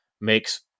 makes